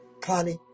Connie